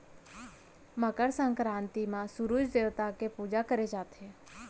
मकर संकरांति म सूरूज देवता के पूजा करे जाथे